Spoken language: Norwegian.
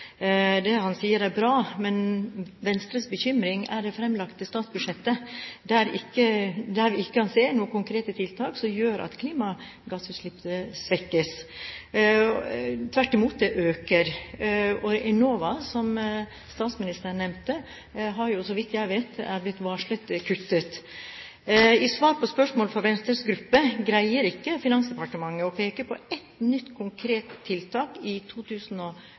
Det han sier, er bra, men Venstres bekymring er det framlagte statsbudsjettet, der vi ikke kan se noen konkrete tiltak som gjør at klimagassutslippene svekkes – tvert imot: De øker. Til Enova er det, som statsministeren nevnte, så vidt jeg vet, blitt varslet kutt. I svar på spørsmål fra Venstres gruppe greier ikke Finansdepartementet å peke på ett nytt, konkret tiltak i